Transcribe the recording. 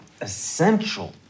essential